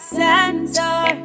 center